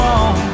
on